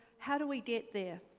how do we get there?